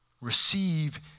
Receive